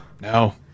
No